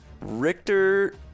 Richter